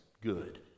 good